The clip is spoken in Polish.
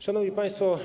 Szanowni Państwo!